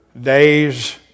days